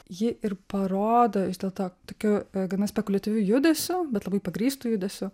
ji ir parodo vis dėlto tokiu gana spekuliatyviu judesiu bet labai pagrįstu judesiu